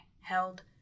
held